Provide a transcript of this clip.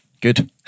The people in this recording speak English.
good